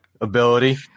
ability